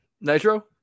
Nitro